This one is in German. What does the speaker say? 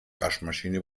waschmaschine